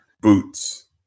boots